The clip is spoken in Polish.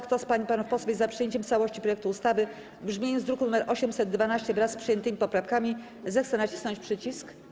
Kto z pań i panów posłów jest za przyjęciem w całości projektu ustawy w brzmieniu z druku nr 812, wraz z przyjętymi poprawkami, zechce nacisnąć przycisk.